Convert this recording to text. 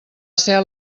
ser